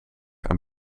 aan